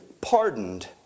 pardoned